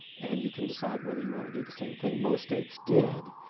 and you can decide whether you want to do the same thing. most states did.